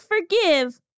forgive